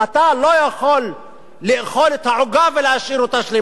אתה לא יכול לאכול את העוגה ולהשאיר אותה שלמה.